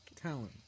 Talent